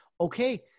Okay